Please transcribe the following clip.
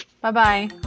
Bye-bye